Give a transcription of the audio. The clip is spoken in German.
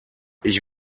ich